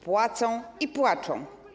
Płacą i płaczą.